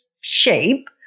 shape